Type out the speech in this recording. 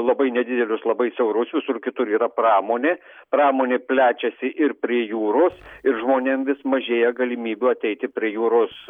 labai nedidelius labai siaurus visur kitur yra pramonė pramonė plečiasi ir prie jūros ir žmonėm vis mažėja galimybių ateiti prie jūros